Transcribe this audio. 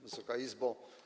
Wysoka Izbo!